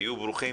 היו ברוכים.